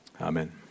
Amen